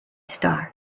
star